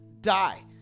die